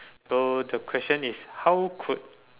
so the question is how could